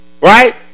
right